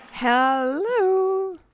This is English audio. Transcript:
Hello